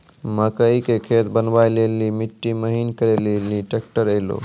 मकई के खेत बनवा ले ली मिट्टी महीन करे ले ली ट्रैक्टर ऐलो?